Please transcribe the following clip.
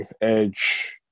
Edge